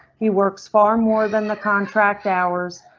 he works far more than the contract hours.